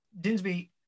Dinsby